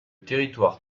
territoire